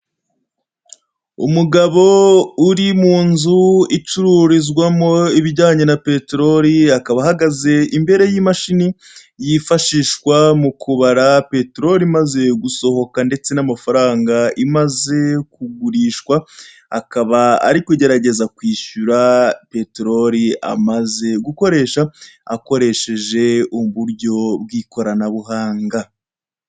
Umugabo uri mu nzu icururizwamo ibijyaye na peterori, akaba ahagaze imbere y'imashini yifashishwa mu kubara peterori imaze gusohoka ndeste n'amafaranga imaze kugurishwa, akaba ari kugerageza kwishyura peterori amaze gukoresha, akoresheje uburyo bw'ikoranabuhanga.